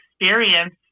experience